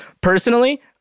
Personally